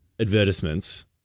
advertisements